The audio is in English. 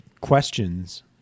questions